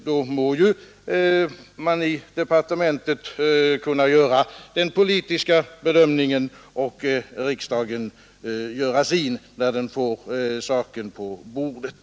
Då må man ju i departementet kunna göra den politiska bedömningen och riksdagen göra sin när den får saken på bordet.